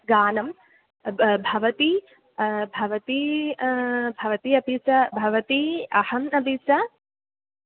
गानं बा भवती भवती भवती अपि च भवती अहम् अपि च